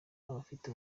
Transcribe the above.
abafite